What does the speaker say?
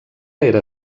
era